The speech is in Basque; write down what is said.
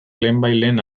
lehenbailehen